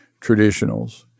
traditionals